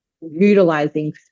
utilizing